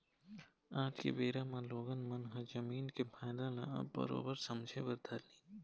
आज के बेरा म लोगन मन ह जमीन के फायदा ल अब बरोबर समझे बर धर लिस